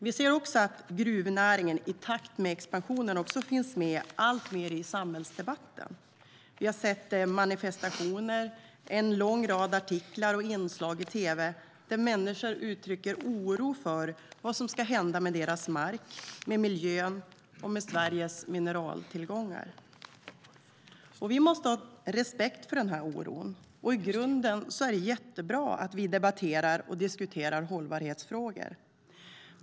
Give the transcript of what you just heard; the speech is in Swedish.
Vi ser också att gruvnäringen, i takt med expansionen, alltmer finns med i samhällsdebatten. Vi har sett manifestationer, en lång rad artiklar och inslag i tv där människor uttrycker oro för vad som ska hända med deras mark, med miljön och med Sveriges mineraltillgångar. Vi måste ha respekt för den oron. I grunden är det jättebra att vi debatterar och diskuterar hållbarhetsfrågor.